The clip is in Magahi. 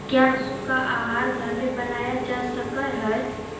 क्या पशु का आहार घर में बनाया जा सकय हैय?